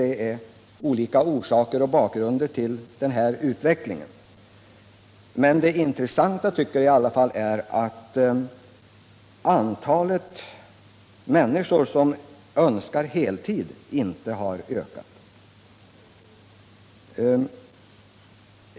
Det finns olika orsaker till utvecklingen. Men det intressanta tycker jag i alla fall är att antalet människor som har deltidsarbete men önskar heltid inte har ökat.